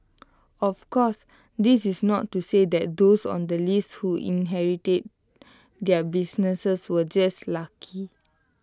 of course this is not to say that those on the list who inherited their businesses were just lucky